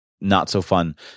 not-so-fun